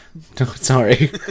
sorry